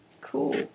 Cool